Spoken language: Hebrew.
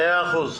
מאה אחוז.